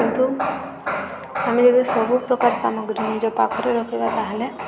କିନ୍ତୁ ଆମେ ଯଦି ସବୁପ୍ରକାର ସାମଗ୍ରୀ ନିଜ ପାଖରେ ରଖିବା ତାହେଲେ